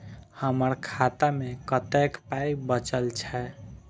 हमर खाता मे कतैक पाय बचल छै